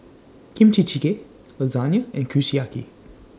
Kimchi Jjigae Lasagne and Kushiyaki